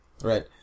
Right